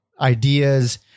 ideas